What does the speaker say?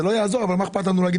זה לא יעזור אבל מה אכפת לנו להגיד